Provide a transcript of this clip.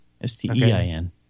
S-T-E-I-N